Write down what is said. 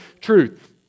truth